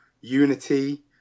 unity